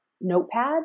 notepad